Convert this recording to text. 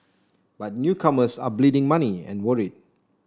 but newcomers are bleeding money and worried